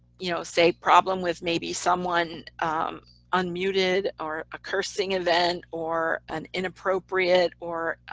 you know say problem with maybe someone un-muted or a cursing event, or an inappropriate or